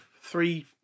three